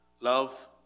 love